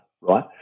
right